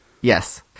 Yes